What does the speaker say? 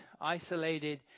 isolated